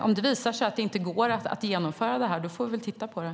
Om det visar sig att det inte går att genomföra det här får vi väl titta på det.